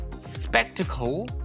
Spectacle